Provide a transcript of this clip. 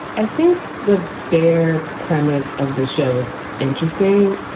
i think the bare premise of this show is interesting,